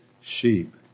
sheep